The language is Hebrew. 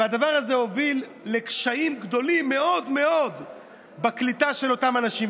והדבר הזה הוביל לקשיים גדולים מאוד מאוד בקליטה של אותם אנשים.